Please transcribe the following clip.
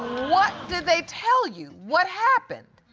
what did they tell you? what happened?